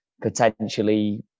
potentially